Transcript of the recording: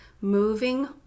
moving